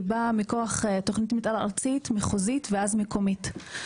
היא באה מכוח תוכנית מתאר ארצית מחוזית ואז מקומית.